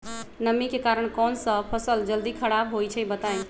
नमी के कारन कौन स फसल जल्दी खराब होई छई बताई?